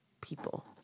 people